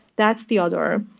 that's the other.